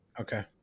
okay